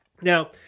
now